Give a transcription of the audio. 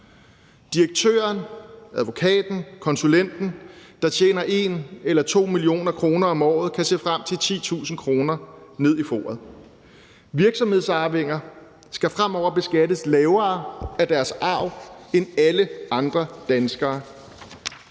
Direktøren, advokaten og konsulenten, der tjener 1 eller 2 mio. kr. om året, kan se frem til 10.000 kr. ned i foret. Virksomhedsarvinger skal fremover beskattes lavere af deres arv end alle andre danskere.